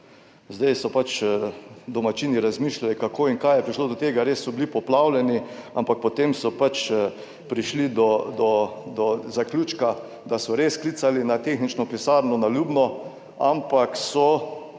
Zdaj so domačini razmišljali, kako in kaj je prišlo do tega, res so bili poplavljeni, ampak potem so prišli do zaključka, da so res klicali na tehnično pisarno na Ljubno, ampak so